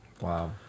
wow